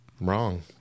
Wrong